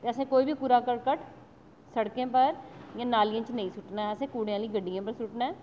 ते असें कोई बी कूड़ा कर्कट शड़कें उप्पर इ'यां नालियां च नेईं सुट्टना ऐ असें कूडे़ आह्लियें गड्डियें पर सुट्टना ऐ